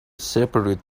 seperate